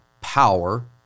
power